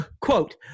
quote